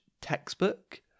textbook